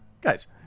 Guys